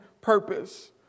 purpose